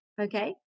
okay